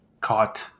caught